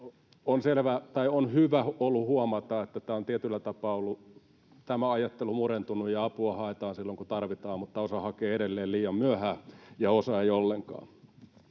On hyvä ollut huomata, että tämä ajattelu on tietyllä tapaa murentunut ja apua haetaan silloin, kun tarvitaan, mutta osa hakee edelleen liian myöhään ja osa ei ollenkaan.